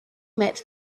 met